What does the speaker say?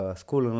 school